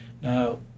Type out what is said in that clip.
Now